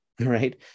right